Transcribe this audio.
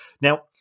Now